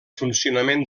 funcionament